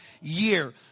year